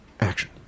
Action